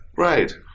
Right